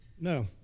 No